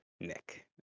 Nick